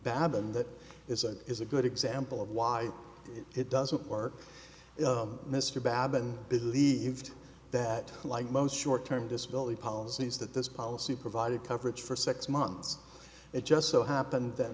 babbin that is it is a good example of why it doesn't work mr babbin believed that like most short term disability policies that this policy provided coverage for six months it just so happened that